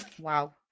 Wow